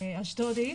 אשדודית